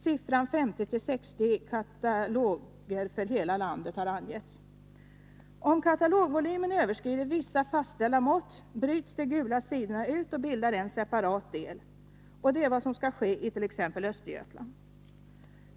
Siffrorna 50-60 kataloger för hela landet anges. Om katalogvolymen överskrider vissa fastställda mått bryts de gula sidorna ut och bildar en separat del. Det är vad som skall ske i t.ex. Östergötland.